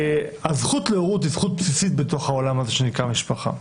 הזכות להורות היא זכות בסיסית בתוך העולם הזה שנקרא משפחה.